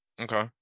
okay